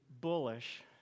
bullish